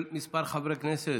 מס' 788,